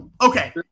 Okay